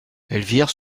elvire